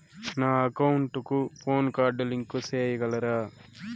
నా అకౌంట్ కు PAN card link సేయగలరా?